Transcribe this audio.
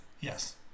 Yes